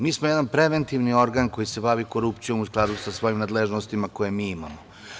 Mi smo jedan preventivni organ koji se bavi korupcijom u skladu sa svojim nadležnostima koje mi imamo.